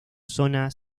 zona